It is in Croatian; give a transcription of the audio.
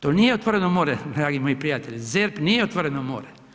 To nije otvoreno more, dragi moji prijatelji, ZERP nije otvoreno more.